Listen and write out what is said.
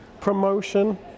promotion